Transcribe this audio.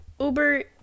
Uber